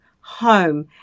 home